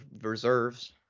reserves